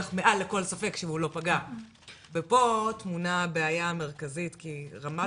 מעל לכל ספק שהוא לא פגע ופה טמונה הבעיה המרכזית כי רמת